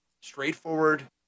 straightforward